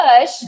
push